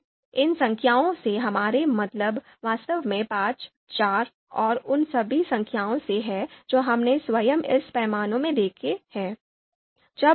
तो इन संख्याओं से हमारा मतलब वास्तव में 5 4 और उन सभी संख्याओं से है जो हमने स्वयं इस पैमाने में देखे हैं